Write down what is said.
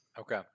Okay